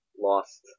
lost